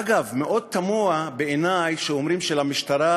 אגב, תמוה מאוד בעיני שאומרים שלמשטרה